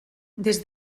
des